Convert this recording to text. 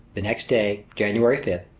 the next day, january five,